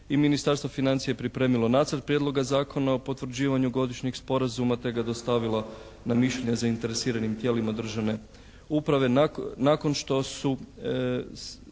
i Ministarstvo financija je pripremilo nacrt prijedloga zakona o potvrđivanju godišnjeg sporazuma te ga dostavila na mišljenje zainteresiranim tijelima državne uprave. Nakon što su